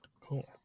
Cool